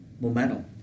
momentum